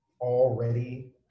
already